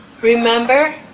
Remember